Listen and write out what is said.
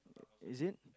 is it